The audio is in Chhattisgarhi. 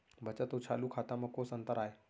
बचत अऊ चालू खाता में कोस अंतर आय?